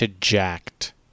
jacked